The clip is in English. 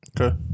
Okay